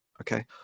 okay